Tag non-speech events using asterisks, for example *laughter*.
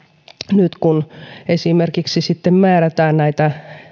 nyt kun *unintelligible* *unintelligible* *unintelligible* sitten esimerkiksi määrätään näitä